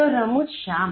તો રમૂજ શા માટે